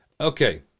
Okay